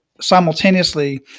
simultaneously